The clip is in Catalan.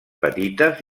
petites